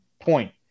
point